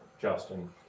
Justin